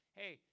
hey